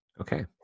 Okay